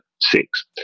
six